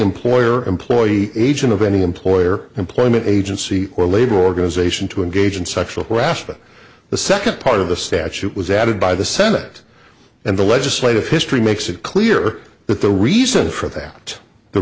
employer employee agent of any employer employment agency or labor organization to engage in sexual harassment the second part of the statute was added by the senate and the legislative history makes it clear that the reason for that the